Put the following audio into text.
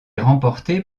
remportée